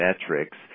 metrics